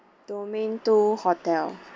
domain two hotel